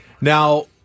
Now